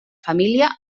família